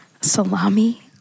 Salami